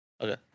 Okay